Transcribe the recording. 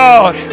God